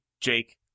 Jake